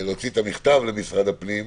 להוציא את המכתב למשרד הפנים,